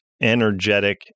energetic